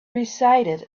recited